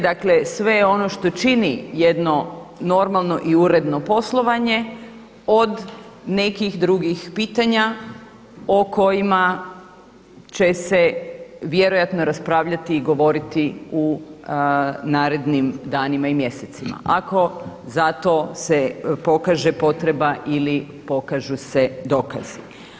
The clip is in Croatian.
Dakle, sve ono što čini jedno normalno i uredno poslovanje od nekih drugih pitanja o kojima će se vjerojatno raspravljati i govoriti u narednim danima i mjesecima ako za to se pokaže potreba ili pokažu se dokazi.